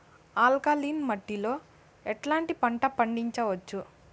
Alkaline మట్టి లో ఎట్లాంటి పంట పండించవచ్చు,?